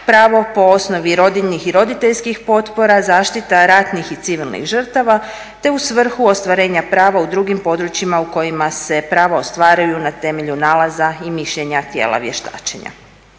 pravo po osnovi rodiljnih i roditeljskih potpora, zaštita ratnih i civilnih žrtava te u svrhu ostvarenja prava u drugim područjima u kojima se prava ostvaruju na temelju nalaza i mišljenja tijela vještačenja.